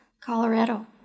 Colorado